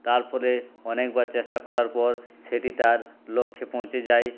তারপরে অনেকবার চেষ্টা করার পর সেটি তার লক্ষে পৌঁছে যায়